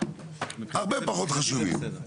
הרבה פחות חשובים.